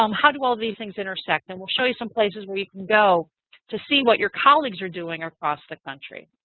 um how do all of these things intersect? and we'll show you some places where you can go to see what your colleagues are doing across the country.